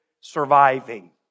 surviving